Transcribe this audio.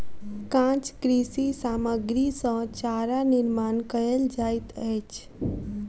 काँच कृषि सामग्री सॅ चारा निर्माण कयल जाइत अछि